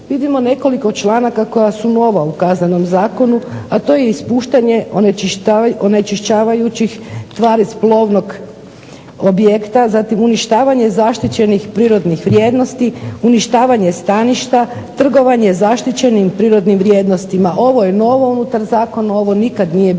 vidimo nekoliko članaka koja su nova u Kaznenom zakonu, a to je ispuštanje onečišćavajućih tvari s plovnog objekta, zatim uništavanje zaštićenih prirodnih vrijednosti, uništavanje staništa, trgovanje zaštićenim prirodnim vrijednostima. Ovoga Zakona je novo unutar zakona, ovo nikada nije bilo